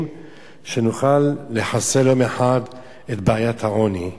שנוכל לחסל יום אחד את בעיית העוני,